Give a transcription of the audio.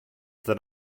that